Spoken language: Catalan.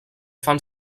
fan